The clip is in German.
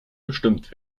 bestimmt